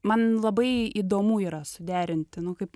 man labai įdomu yra suderinti nu kaip